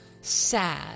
sad